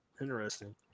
Interesting